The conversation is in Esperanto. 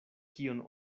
kion